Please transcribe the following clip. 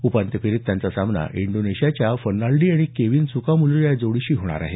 उपांत्य फेरीत त्यांचा सामना इंडोनेशियाच्या फर्नाल्डी आणि केविन सुकामुल्जो या जोडीशी होणार आहे